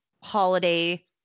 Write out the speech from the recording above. holiday